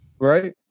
right